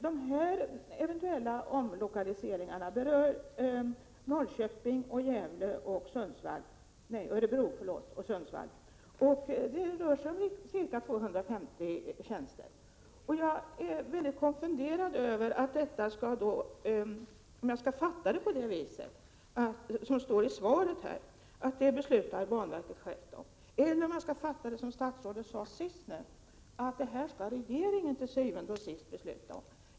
De eventuella omlokaliseringarna berör Norrköping, Örebro och Sundsvall, och det rör sig här om ca 250 tjänster. Jag är en smula konfunderad och undrar om jag skall fatta det som det står i svaret så, att banverket självt beslutar om detta eller om statsrådet menar att det här skall til syvende og sidst regeringen besluta om.